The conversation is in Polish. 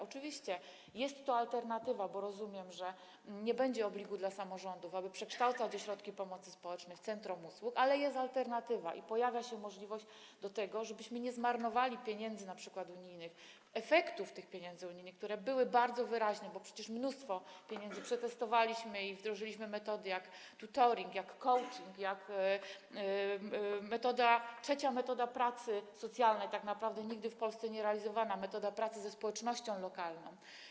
Oczywiście jest to alternatywa, bo rozumiem, że nie będzie obligu dla samorządów, aby przekształcać ośrodki pomocy społecznej w centrum usług, ale jest alternatywa i pojawia się możliwość, żebyśmy nie zmarnowali pieniędzy, np. unijnych, efektów tych pieniędzy unijnych, które były bardzo wyraźne, bo przecież mnóstwo pieniędzy włożyliśmy, przetestowaliśmy i wdrożyliśmy metody takie jak: tutoring, coaching, trzecia metoda pracy socjalnej, tak naprawdę nigdy w Polsce nierealizowana, metoda pracy ze społecznością lokalną.